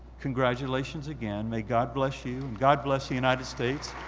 congratulations again may god bless you, and god bless the united states.